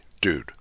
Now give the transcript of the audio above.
dude